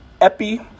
epi